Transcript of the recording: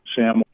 Sam